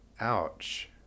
ouch